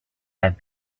have